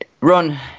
run